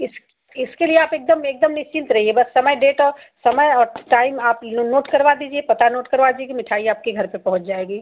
इस इसके लिए आप एकदम एकदम निश्चिंत रहिए बस समय डेट और समय और टाइम आप यू नोट करवा दीजिए पता नोट करवा दीजिए मिठाई आपके घर पर पहुँच जाएगी